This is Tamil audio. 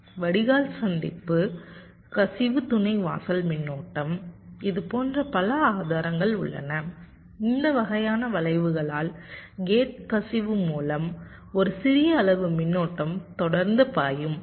வடிகால் சந்திப்பு கசிவு துணை வாசல் மின்னோட்டம் இதுபோன்ற பல ஆதாரங்கள் உள்ளன இந்த வகையான விளைவுகளால் கேட் கசிவு மூலம் ஒரு சிறிய அளவு மின்னோட்டம் தொடர்ந்து பாயும்